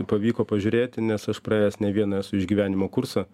pavyko pažiūrėti nes aš praėjęs ne vieną esu išgyvenimo kursą